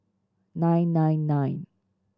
nine nine nine